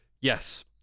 Yes